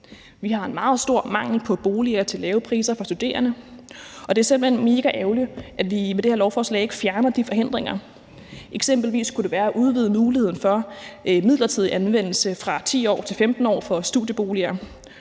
Vi har en meget stor mangel på boliger til lave priser for studerende, og det er simpelt hen megaærgerligt, at vi med det her lovforslag ikke fjerner de forhindringer. Eksempelvis kunne det være at udvide muligheden for midlertidig anvendelse fra 10 år til 15 år for studieboliger.